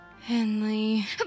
Henley